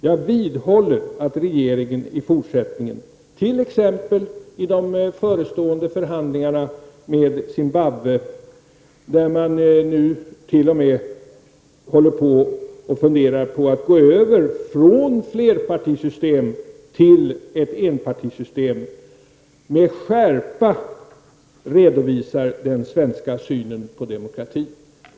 Jag vidhåller att regeringen i fortsättningen, t.ex. i de förestående förhandlingarna med Zimbabve — där man nu t.o.m. funderar på att gå över från flerpartisystem till enpartisystem — med skärpa skall redovisa den svenska synen på demokrati.